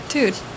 Dude